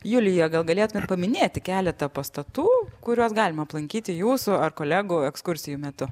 julija gal galėtumėt paminėti keletą pastatų kuriuos galima aplankyti jūsų ar kolegų ekskursijų metu